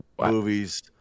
movies